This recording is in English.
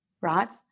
Right